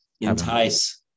entice